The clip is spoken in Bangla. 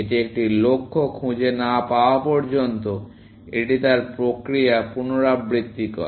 এটি একটি লক্ষ্য খুঁজে না পাওয়া পর্যন্ত এটি তার প্রক্রিয়া পুনরাবৃত্তি করে